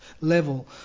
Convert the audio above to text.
level